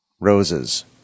Roses